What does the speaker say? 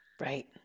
Right